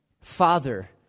Father